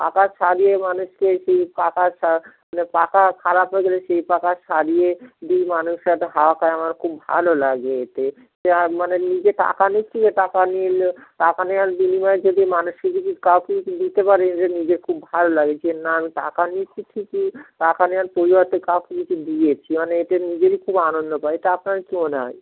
পাখা সারিয়ে মানুষকে সেই পাখা মানে পাখা খারাপ হয়ে গেলে সেই পাখা সারিয়ে দিই মানুষরা হাওয়া খায় আমার খুব ভালো লাগে এতে মানে নিজে টাকা নিচ্ছি যে টাকা নিলে টাকা নেওয়ার বিনিময়ে যদি মানুষকে যদি কাউকে কিছু দিতে পারেন এটা নিজে খুব ভালো লাগে যে না আমি টাকা নিচ্ছি ঠিকই টাকা নেওয়ার পরিবারতে কাউকে কিছু দিয়েছি মানে এতে নিজেরই খুব আনন্দ পায় এটা আপনার কি মনে হয়